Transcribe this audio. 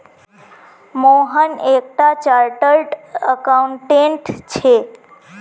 मोहन एक टा chartered accountant छे